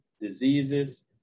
diseases